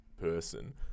person